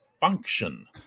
function